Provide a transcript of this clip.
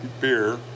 beer